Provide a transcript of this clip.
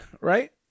right